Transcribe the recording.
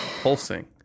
pulsing